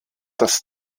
das